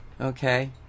Okay